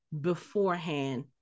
beforehand